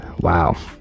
wow